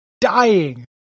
dying